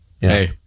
Hey